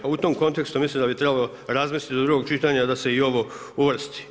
Pa u tom kontekstu mislim da bi trebalo razmisliti do drugog čitanja da se i ovo uvrsti.